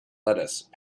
lettuce